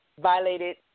violated